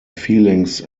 feelings